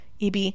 EB